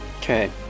Okay